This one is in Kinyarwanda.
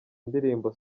indirimbo